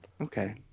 Okay